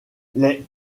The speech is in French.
les